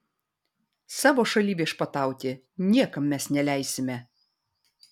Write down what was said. savo šalyj viešpatauti niekam mes neleisime